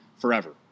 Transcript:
forever